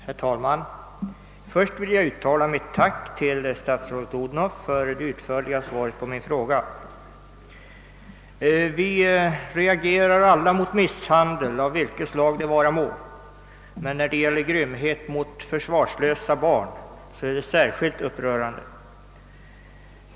Herr talman! Först vill jag uttala mitt tack till statsrådet Odhnoff för det utförliga svaret på min fråga. Vi reagerar alla mot misshandel av vilket slag det vara må, men när det gäller grymhet mot försvarslösa barn är det särskilt upprörande.